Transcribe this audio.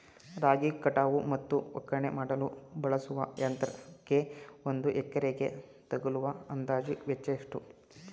ರಾಗಿ ಕಟಾವು ಮತ್ತು ಒಕ್ಕಣೆ ಮಾಡಲು ಬಳಸುವ ಯಂತ್ರಕ್ಕೆ ಒಂದು ಎಕರೆಗೆ ತಗಲುವ ಅಂದಾಜು ವೆಚ್ಚ ಎಷ್ಟು?